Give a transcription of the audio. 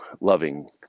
loving